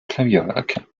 klavierwerke